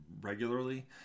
regularly